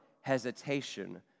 hesitation